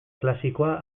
klasikoa